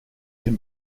can